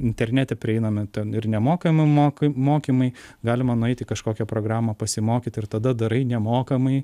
internete prieiname ten ir nemokami mok mokymui galima nueiti į kažkokią programą pasimokyti ir tada darai nemokamai